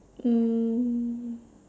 um